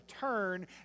turn